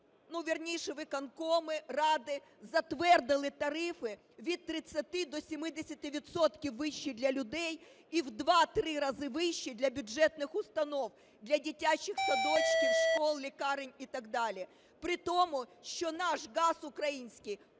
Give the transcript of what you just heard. вірніше виконкоми, ради, затвердили тарифи від 30 до 70 відсотків вище для людей і в два-три рази вище для бюджетних установ, для дитячих садочків, шкіл, лікарень і так далі. При тому, що наш газ український